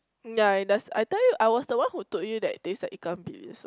yea it does I tell you I was the one who told you that they sell Ikan-Bilis what